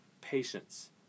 patience